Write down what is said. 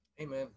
Amen